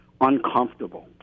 uncomfortable